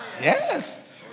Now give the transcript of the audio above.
Yes